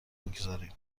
بگذاریم